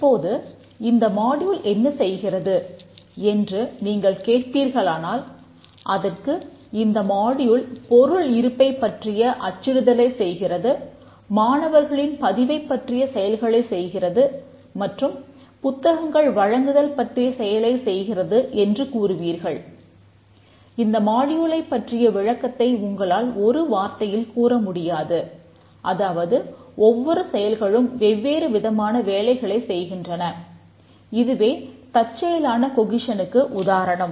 தற்போது இந்த மாடியூல் உதாரணம்